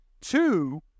Two